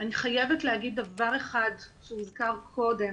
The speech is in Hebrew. אני חייבת להגיד דבר אחד שהוזכר קודם